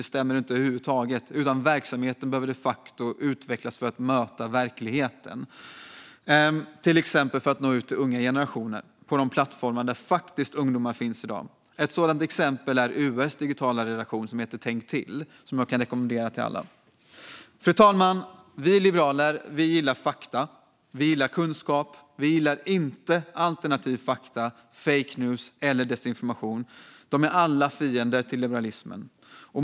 Det stämmer inte över huvud taget, utan verksamheten behöver de facto utvecklas för att möta verkligheten, till exempel för att nå ut till unga generationer på de plattformar där ungdomar finns i dag. Ett sådant exempel är UR:s digitala redaktion som heter Tänk till, som jag kan rekommendera till alla. Fru talman! Vi liberaler gillar fakta, och vi gillar kunskap. Vi gillar inte alternativa fakta, fake news eller desinformation. De är alla fiender till liberalismen.